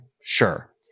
Sure